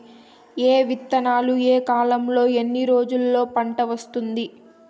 ఏ విత్తనాలు ఏ కాలంలో ఎన్ని రోజుల్లో పంట వస్తాది?